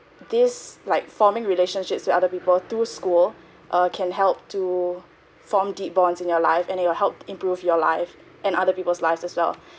this like forming relationships with other people through school err can help to form deep bonds in your life and it will help improve your life and other people's lives as well